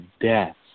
death